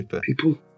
people